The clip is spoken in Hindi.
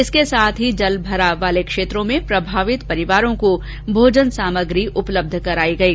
इसके साथ ही जलभराव वाले क्षेत्रों में प्रभावित परिवारों को भोजन सामग्री उपलब्ध करायी गयी